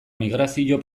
migrazio